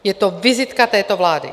Je to vizitka této vlády.